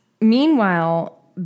Meanwhile